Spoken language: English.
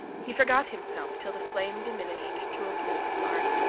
he forgot himself till the flame diminished to a blue spark,